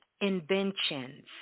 inventions